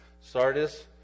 Sardis